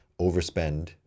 overspend